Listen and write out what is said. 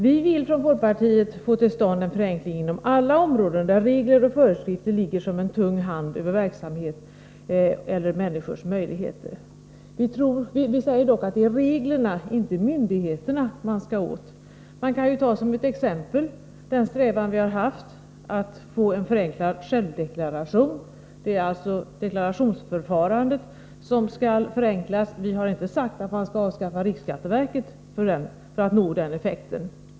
Vi vill från folkpartiets sida få till stånd en förenkling inom alla områden där regler och föreskrifter ligger som en tung hand över verksamhet eller människors möjligheter. Vi säger dock att det är reglerna —-inte myndigheterna — man skall komma åt. Man kan ta som ett exempel den strävan vi har haft att få en förenklad självdeklaration. Det är alltså deklarationsförfarandet som skall förenklas. Vi har inte sagt att man skall avskaffa riksskatteverket för att nå den effekten.